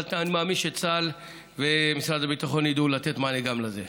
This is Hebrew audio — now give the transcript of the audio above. אבל אני מאמין שצה"ל ומשרד הביטחון ידעו לתת מענה גם לזה.